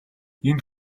энэ